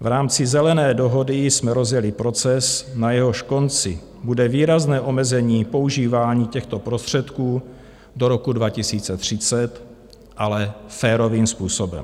V rámci Zelené dohody jsme rozjeli proces, na jehož konci bude výrazné omezení používání těchto prostředků do roku 2030, ale férovým způsobem.